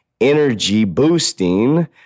energy-boosting